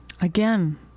Again